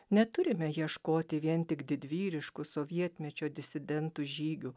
neturime ieškoti vien tik didvyriškų sovietmečio disidentų žygių